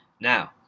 Now